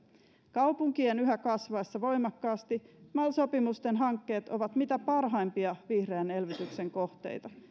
kaupunkien yhä kasvaessa voimakkaasti mal sopimusten hankkeet ovat mitä parhaimpia vihreän elvytyksen kohteita